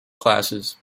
classes